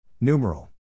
Numeral